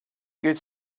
get